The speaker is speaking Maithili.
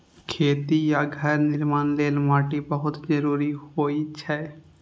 खेती आ घर निर्माण लेल माटि बहुत जरूरी होइ छै